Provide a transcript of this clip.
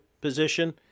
position